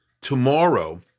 tomorrow